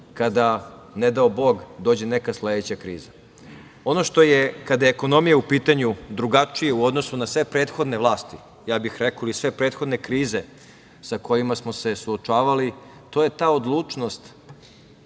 kada, ne dao Bog, dođe neka sledeća kriza. Ono što je kada je ekonomija u pitanju drugačije u odnosu na sve prethodne vlasti, ja bih rekao ili sve prethodne krize sa kojima smo se suočavali, to je ta odlučnost